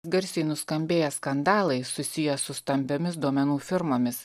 garsiai nuskambėję skandalai susiję su stambiomis duomenų firmomis